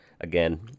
again